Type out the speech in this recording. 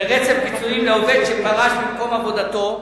פיצויים לעובד שפרש ממקום עבודתו.